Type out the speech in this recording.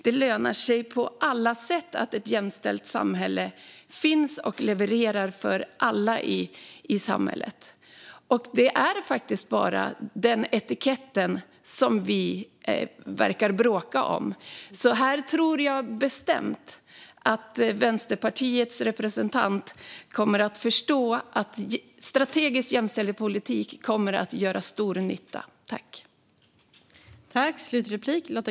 Det lönar sig på alla sätt att ett jämställt samhälle finns och levererar för alla i samhället. Det verkar bara vara en etikett som vi bråkar om. Jag tror bestämt att Vänsterpartiets representant kommer att förstå att strategisk jämställdhetspolitik kommer att göra stor nytta.